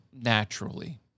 naturally